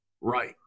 Right